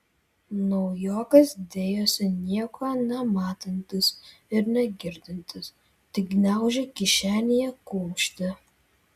naujokas dėjosi nieko nematantis ir negirdintis tik gniaužė kišenėje kumštį